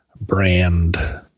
brand